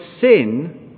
sin